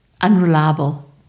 unreliable